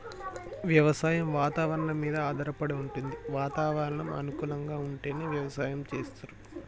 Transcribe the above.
వ్యవసాయం వాతవరణం మీద ఆధారపడి వుంటది వాతావరణం అనుకూలంగా ఉంటేనే వ్యవసాయం చేస్తరు